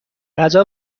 غذا